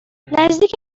نزدیک